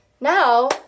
Now